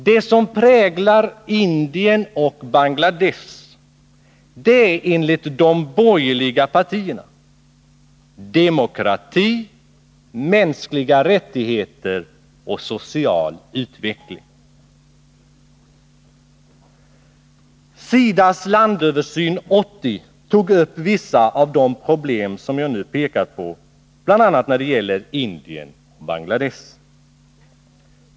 Det som präglar Indien och Bangladesh är enligt de borgerliga partierna demokrati, mänskliga rättigheter och social utveckling. SIDA:s Landöversyn 80 tog upp vissa av de problem som jag nu pekar på, bl.a. när det gäller Indien och Bangladesh.